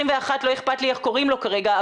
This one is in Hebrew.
לא אכפת לי איך קוראים לו כרגע,